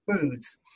foods